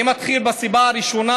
אני מתחיל בסיבה הראשונה.